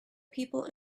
people